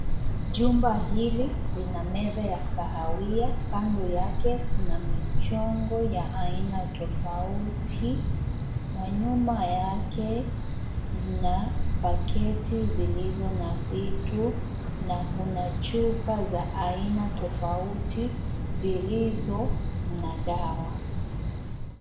Jumba hili linameza ya kahawia. Kando yake kuna michongo ya aina tofauti na nyuma yake kuna paketi zilizo na vitu na kuna chupa za aina tofauti zilizo na dawa.